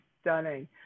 stunning